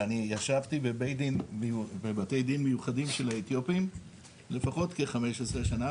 ואני ישבתי בבתי דין מיוחדים של האתיופים לפחות כ-15 שנה,